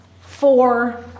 four